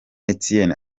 etienne